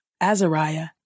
Azariah